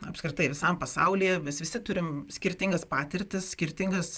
apskritai visam pasaulyje mes visi turim skirtingas patirtis skirtingas